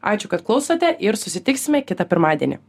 ačiū kad klausote ir susitiksime kitą pirmadienį